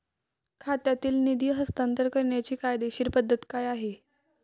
खात्यातील निधी हस्तांतर करण्याची कायदेशीर पद्धत काय आहे?